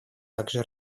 также